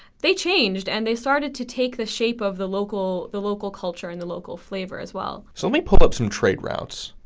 they changed and they started to take the shape of the local the local culture and the local flavor as well. so let me pull up some trade routes.